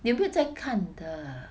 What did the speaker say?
你有没有在看的